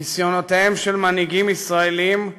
ניסיונותיהם של מנהיגים ישראלים,